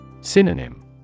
Synonym